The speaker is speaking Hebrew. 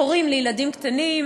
הורים לילדים קטנים,